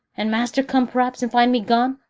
and master come, p'raps, and find me gone!